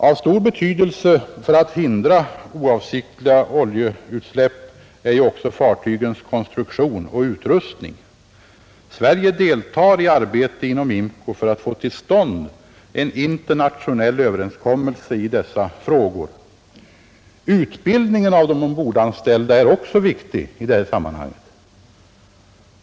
Av stor betydelse när det gäller att hindra oavsiktliga oljeutsläpp är fartygens konstruktion och utrustning. Sverige deltar i arbetet inom IMCO för att få till stånd en internationell överenskommelse i dessa frågor. Utbildningen av de ombordanställda är också viktig i detta sammanhang.